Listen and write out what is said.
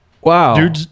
Wow